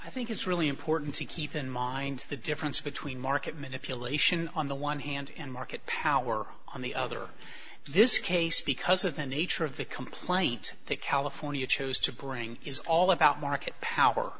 i think it's really important to keep in mind the difference between market manipulation on the one hand and market power on the other this case because of the nature of the complaint that california chose to bring is all about market power